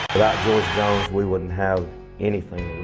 jones we wouldn't have anything